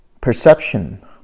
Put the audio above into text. Perception